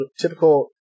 typical